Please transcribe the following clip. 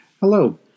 Hello